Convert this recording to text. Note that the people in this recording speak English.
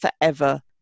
forever